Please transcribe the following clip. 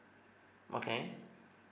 okay